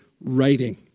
writing